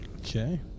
Okay